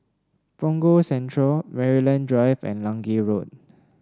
Punggol Central Maryland Drive and Lange Road